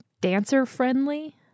dancer-friendly